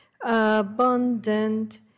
abundant